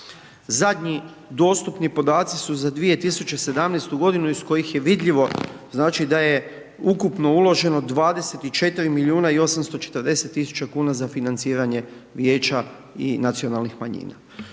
zadnji dostupni podaci su za 2017.g. iz kojih je vidljivo, znači, da je ukupno uloženo 24.840.000,00 kn za financiranje vijeća i nacionalnih manjina.